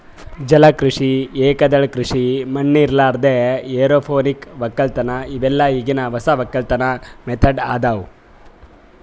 ಜಲ ಕೃಷಿ, ಏಕದಳ ಕೃಷಿ ಮಣ್ಣ ಇರಲಾರ್ದೆ ಎರೋಪೋನಿಕ್ ವಕ್ಕಲತನ್ ಇವೆಲ್ಲ ಈಗಿನ್ ಹೊಸ ವಕ್ಕಲತನ್ ಮೆಥಡ್ ಅದಾವ್